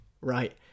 Right